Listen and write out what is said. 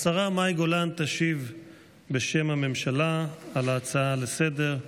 השרה מאי גולן תשיב בשם הממשלה על ההצעה לסדר-היום,